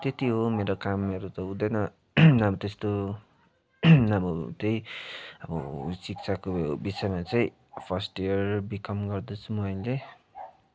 त्यति हो मेरो कामहरू त हुँदैन अब त्यस्तो अब त्यही अब शिक्षाको विषयमा चाहिँ फर्स्ट इयर बिकम गर्दैछु म अहिले